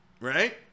right